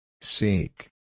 Seek